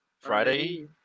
Friday